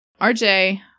RJ